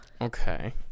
okay